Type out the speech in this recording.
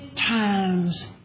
times